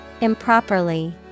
Improperly